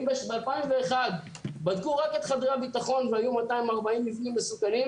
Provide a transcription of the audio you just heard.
אם ב-2001 בדקו רק את חדרי הביטחון והיו 240 מבנים מסוכנים,